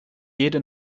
jede